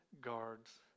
guards